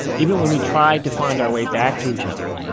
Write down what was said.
even when we tried to find our way back to each other,